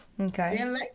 Okay